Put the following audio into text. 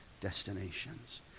destinations